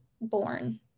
born